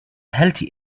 healthy